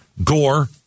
Gore